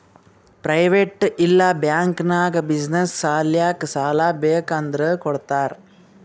private ಇಲ್ಲಾ bank ನಾಗ್ business ಸಲ್ಯಾಕ್ ಸಾಲಾ ಬೇಕ್ ಅಂದುರ್ ಕೊಡ್ತಾರ್